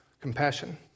compassion